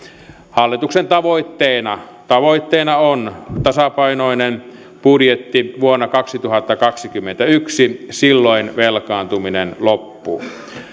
hallituksen tavoitteena tavoitteena on tasapainoinen budjetti vuonna kaksituhattakaksikymmentäyksi silloin velkaantuminen loppuu